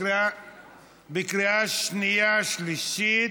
לקריאה שנייה ושלישית.